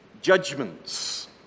judgments